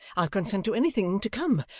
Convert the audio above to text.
i'll consent to anything to come,